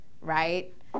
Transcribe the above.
right